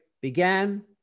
began